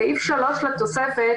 סעיף (3) לתוספת,